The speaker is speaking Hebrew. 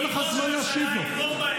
יהיה לך זמן להשיב לו.